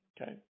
Okay